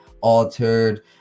altered